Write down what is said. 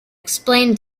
explain